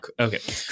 Okay